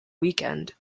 weekend